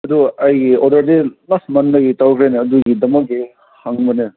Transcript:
ꯑꯗꯨ ꯑꯩꯒꯤ ꯑꯣꯔꯗꯔꯗꯤ ꯂꯥꯁ ꯃꯟꯗꯒꯤ ꯇꯧꯈ꯭ꯔꯦꯅꯦ ꯑꯗꯨꯒꯤꯗꯃꯛꯇ ꯍꯪꯕꯅꯦ